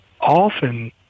Often